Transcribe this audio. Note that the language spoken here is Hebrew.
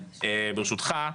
ברשותך,